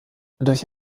durch